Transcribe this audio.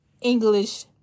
English